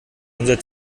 unser